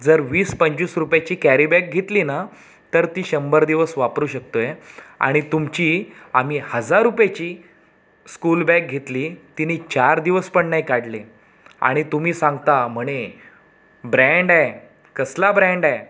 जर वीस पंचवीस रुपयची कॅरीबॅग घेतली ना तर ती शंभर दिवस वापरू शकतो आहे आणि तुमची आम्ही हजार रुपयची स्कूल बॅग घेतली तिने चार दिवस पण नाही काढले आणि तुम्ही सांगता म्हणे ब्रँड आहे कसला ब्रँड आहे